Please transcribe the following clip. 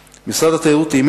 לכל הנושא הזה של הנצרות.